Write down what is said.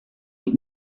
und